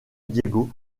diego